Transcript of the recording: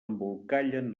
embolcallen